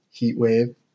heatwave